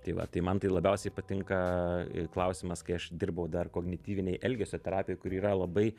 tai vat tai man tai labiausiai patinka klausimas kai aš dirbau dar kognityvinėj elgesio terapijoj kuri yra labai